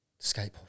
Skateboard